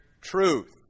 truth